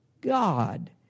God